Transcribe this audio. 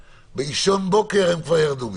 באישון בוקר הם כבר ירדו מזה.